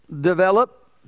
develop